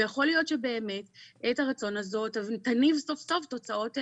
ויכול להיות שבאמת עת הרצון הזאת תניב סוף סוף תוצאות טובות.